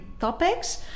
topics